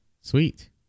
Sweet